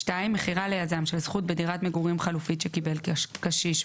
(2)מכירה ליזם של זכות בדירת מגורים חלופית שקיבל קשיש,